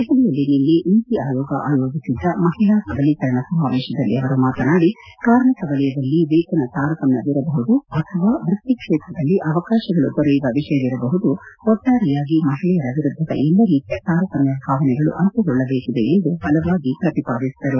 ದೆಹಲಿಯಲ್ಲಿ ನಿನ್ನೆ ನೀತಿ ಆಯೋಗ ಆಯೋಜಿಸಿದ್ದ ಮಹಿಳಾ ಸಬಲೀಕರಣ ಸಮಾವೇಶದಲ್ಲಿ ಅವರು ಮಾತನಾಡಿ ಕಾರ್ಮಿಕ ವಲಯದಲ್ಲಿ ವೇತನ ತಾರತಮ್ಯವಿರಬಹುದು ಅಥವಾ ವೃತ್ತಿ ಕ್ಷೇತ್ರದಲ್ಲಿ ಅವಕಾಶಗಳು ದೊರೆಯುವ ವಿಷಯವಿರಬಹುದು ಒಟ್ಟಾರೆಯಾಗಿ ಮಹಿಳೆಯರ ವಿರುದ್ದದ ಎಲ್ಲ ರೀತಿಯ ತಾರತಮ್ಯ ಭಾವನೆಗಳು ಅಂತ್ಯಗೊಳ್ಳಬೇಕಿದೆ ಎಂದು ಬಲವಾಗಿ ಪ್ರತಿಪಾದಿಸಿದರು